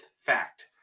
fact